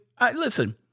Listen